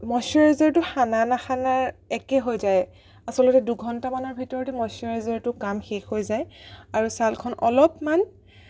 মইশ্চাৰাইজাৰটো সনা নসনা একে হৈ যায় আচলতে দুঘণ্টামানৰ ভিতৰতে মইশ্চাৰাইজাৰটোৰ কাম শেষ হৈ যায় আৰু ছালখন অলপমান